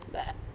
but